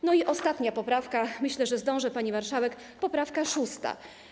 I ostatnia poprawka - myślę, że zdążę, pani marszałek - poprawka szósta.